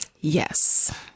Yes